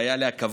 והיה לי הכבוד